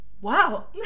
Wow